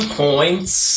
points